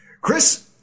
Chris